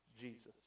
Jesus